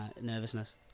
nervousness